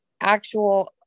actual –